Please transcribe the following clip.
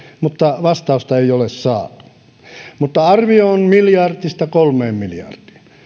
mutta vastausta ei ole saatu arvio on yhdestä miljardista kolmeen miljardiin